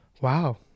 Wow